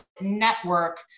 network